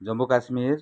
Jammu Kashmir